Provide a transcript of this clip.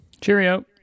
Cheerio